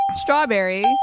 strawberry